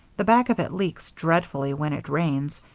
the back of it leaks dreadfully when it rains,